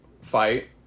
fight